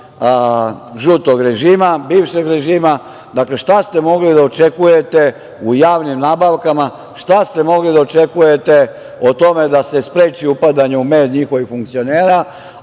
žutog režima, bivšeg režima, dakle šta ste mogli da očekujete u javnim nabavkama, šta ste mogli da očekujete o tome da se spreči upadanje u med njihovih funkcionera,